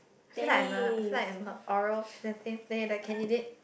I feel like I'm a I feel like I'm a oral presenting than you're the candidate